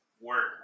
Work